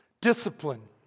Discipline